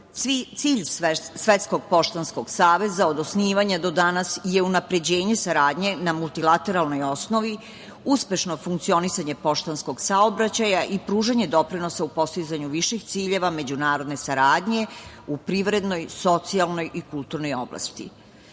Cilj Svetskog poštanskog saveza od osnivanja do danas je unapređenje saradnje na multilateralnoj osnovi, uspešno funkcionisanje poštanskog saobraćaja i pružanje doprinosa u postizanju viših ciljeva međunarodne saradnje u privrednoj, socijalnoj i kulturnoj